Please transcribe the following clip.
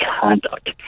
conduct